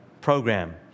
program